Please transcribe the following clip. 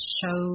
show